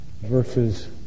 verses